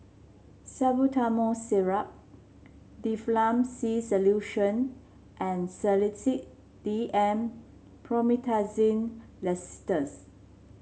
Salbutamol Syrup Difflam C Solution and Sedilix D M Promethazine Linctus